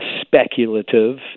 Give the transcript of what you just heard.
Speculative